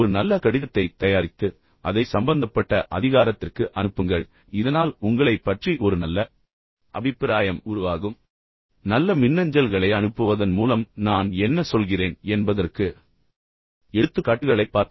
ஒரு நல்ல கடிதத்தைத் தயாரித்து அதை சம்பந்தப்பட்ட அதிகாரத்திற்கு அனுப்புங்கள் இதனால் உங்களை பற்றி ஒரு நல்ல அபிப்பிராயம் உருவாகும் இப்போது நல்ல மின்னஞ்சல்களை அனுப்புவதன் மூலம் நான் என்ன சொல்கிறேன் என்பதைப் புரிந்துகொள்ள உதவும் மேலும் சில எடுத்துக்காட்டுகளைப் பார்ப்போம்